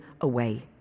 away